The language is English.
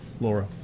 Laura